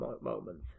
moment